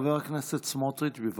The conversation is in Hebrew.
חבר הכנסת סמוטריץ', בבקשה.